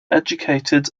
educated